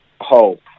hope